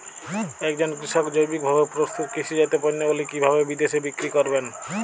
একজন কৃষক জৈবিকভাবে প্রস্তুত কৃষিজাত পণ্যগুলি কিভাবে বিদেশে বিক্রি করবেন?